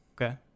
okay